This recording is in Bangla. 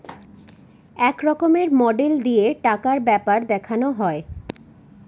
এক রকমের মডেল দিয়ে টাকার ব্যাপার দেখানো হয়